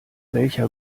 welcher